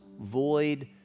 void